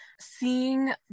seeing